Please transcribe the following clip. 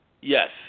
Yes